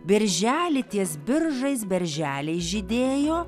birželį ties biržais berželiai žydėjo